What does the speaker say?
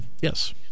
Yes